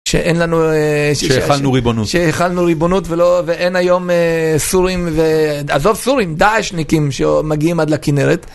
שאין לנו, שהחלנו ריבונות, שהחלנו ריבונות ולא, ואין היום סורים ו.. עזוב סורים, דאעשניקים שמגיעים עד לכנרת.